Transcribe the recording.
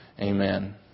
Amen